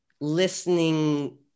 listening